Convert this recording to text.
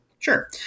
Sure